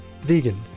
vegan